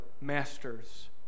master's